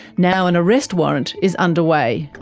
now an arrest warrant is underway.